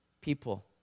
people